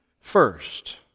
first